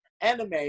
anime